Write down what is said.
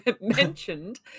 mentioned